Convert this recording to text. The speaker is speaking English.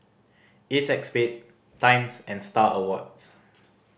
Acexspade Times and Star Awards